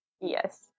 Yes